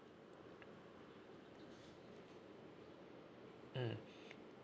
mm